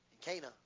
Cana